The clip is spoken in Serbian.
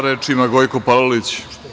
Reč ima Gojko Palalić.